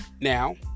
Now